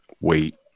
wait